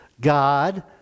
God